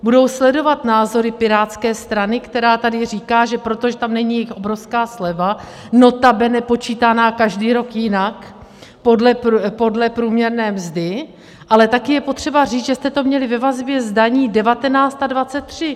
Budou sledovat názory Pirátské strany, která tady říká, že protože tam není jejich obrovská sleva, notabene počítaná každý rok jinak podle průměrné mzdy, ale taky je potřeba říct, že jste to měli ve vazbě s daní devatenáct a dvacet tři.